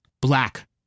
Black